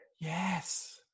Yes